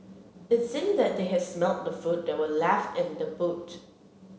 it seemed that they had smelt the food that were left in the boot